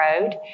road